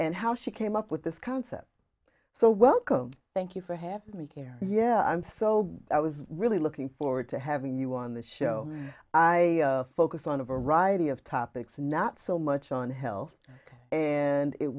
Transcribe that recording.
and how she came up with this concept so welcome thank you for having me here yeah i'm so i was really looking forward to having you on the show i focus on a variety of topics not so much on health and it